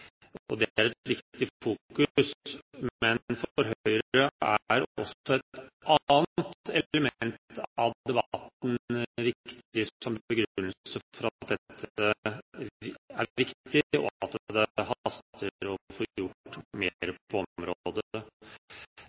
og det er et viktig fokus. Men for Høyre er også et annet element av debatten viktig som begrunnelse for at det haster å få gjort mer på området. Det